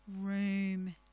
room